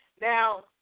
Now